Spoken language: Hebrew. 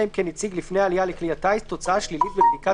אלא אם כן הציג לפני העלייה לכלי הטיס תוצאה שלילית בבדיקת